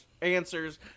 answers